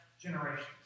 generations